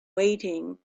waiting